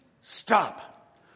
Stop